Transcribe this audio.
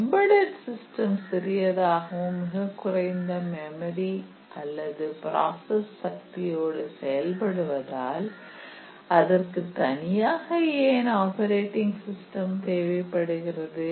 embedded system சிறியதாகவும் மிகக்குறைந்த memory மற்றும் ப்ராசஸ் சக்தியோடு செயல்படுவதால் அதற்கு தனியாக ஏன் ஆப்பரேட்டிங் சிஸ்டம் தேவைப்படுகிறது